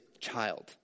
child